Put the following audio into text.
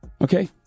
Okay